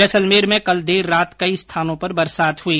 जैसलमेर में कुछ देर रात कई स्थानों पर बरसात हुई